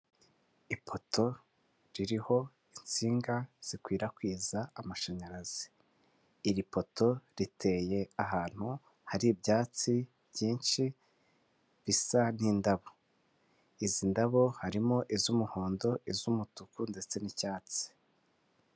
Ipoto ririho insinga zikwirakwiza amashanyarazi, iri poto riteye ahantu hari ibyatsi byinshi bisa n'indabo, izi ndabo harimo iz'umuhondo, iz'umutuku ndetse n'icyatsi.